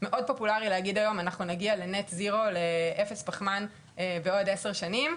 מאוד פופולארי להגיד היום אנחנו נגיע לאפס פחמן בעוד עשר שנים,